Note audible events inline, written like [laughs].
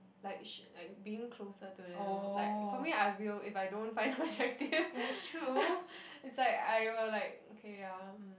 like she like being closer to them like for me I will if I don't find the objective [laughs] it's like I will like okay ya mm